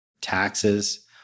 taxes